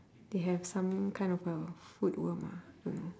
they have some kind of a food worm ah don't know